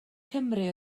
cymru